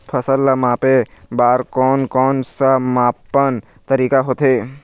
फसल ला मापे बार कोन कौन सा मापन तरीका होथे?